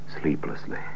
sleeplessly